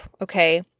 Okay